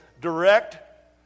direct